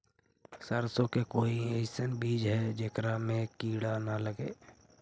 सरसों के कोई एइसन बिज है जेकरा में किड़ा न लगे?